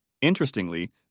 Interestingly